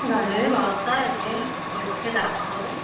ডাকতে হবে